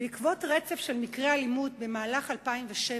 בעקבות רצף של מקרי אלימות במהלך 2007,